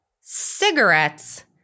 cigarettes